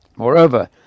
Moreover